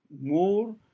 more